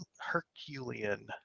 herculean